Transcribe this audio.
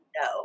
no